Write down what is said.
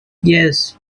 yes